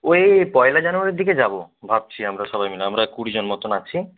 ওই পয়লা জানুয়ারির দিকে যাব ভাবছি আমরা সবাই মিলে আমরা কুড়িজন মতন আছি